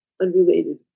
unrelated